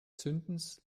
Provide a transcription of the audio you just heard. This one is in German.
zündens